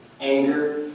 anger